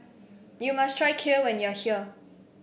you must try Kheer when you are here